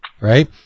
right